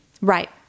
Right